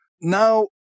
now